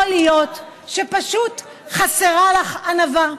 יכול להיות שפשוט חסרה לך ענווה.